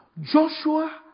joshua